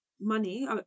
money